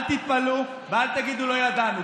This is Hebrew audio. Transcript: אל תתפלאו ואל תגידו: לא ידענו,